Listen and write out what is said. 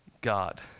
God